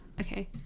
Okay